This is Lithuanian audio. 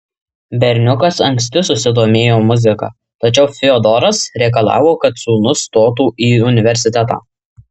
berniukas anksti susidomėjo muzika tačiau fiodoras reikalavo kad sūnus stotų į universitetą